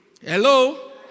Hello